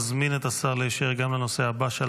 אני מזמין את השר להישאר גם לנושא הבא שעל